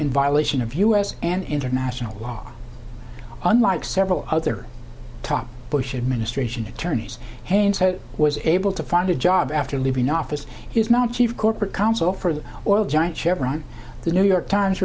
in violation of u s and international law unlike several other top bush administration attorneys haynes was able to find a job after leaving office he was not chief of corporate counsel for the oil giant chevron the new york times